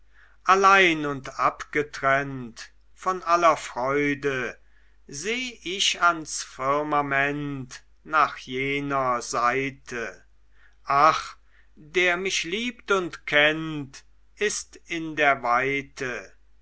allein und abgetrennt von aller freude seh ich ans firmament nach jener seite ach der mich liebt und kennt ist in der weite